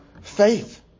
faith